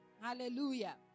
Hallelujah